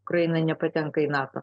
ukraina nepatenka į nato